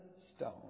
stone